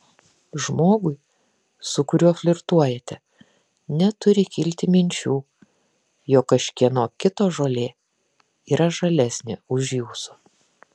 žmogui su kuriuo flirtuojate neturi kilti minčių jog kažkieno kito žolė yra žalesnė už jūsų